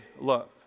love